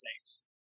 thanks